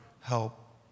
help